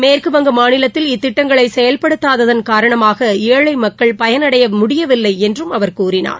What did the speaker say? மேற்குவங்க மாநிலத்தில் இத்திட்டங்களை செயல்படுத்தாதன் காரணமாக ஏழை மக்கள் பயனடைய முடியவில்லை என்று கூறினார்